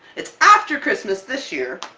it's after christmas this year,